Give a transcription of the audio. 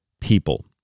People